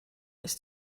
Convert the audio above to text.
ist